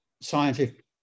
scientific